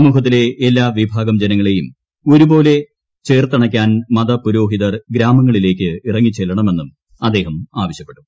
സമൂഹത്തിലെ എല്ലാ വിഭാഗം ജനങ്ങളെയും ഒരുപോലെ ചേർത്തണയ്ക്കാൻ മത പുരോഹിതർ ഗ്രാമങ്ങളിലേക്ക് ഇറങ്ങിച്ചെല്ലണമെന്നൂറ് അദ്ദേഹം ആവശ്യപ്പെട്ടു